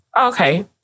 Okay